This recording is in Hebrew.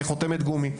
כחותמת גומי.